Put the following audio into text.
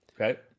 Okay